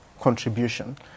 contribution